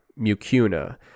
mucuna